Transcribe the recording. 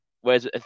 whereas